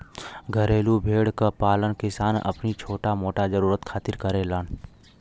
घरेलू भेड़ क पालन किसान अपनी छोटा मोटा जरुरत खातिर करेलन